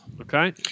Okay